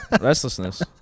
Restlessness